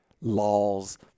laws